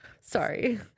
Sorry